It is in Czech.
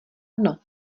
dno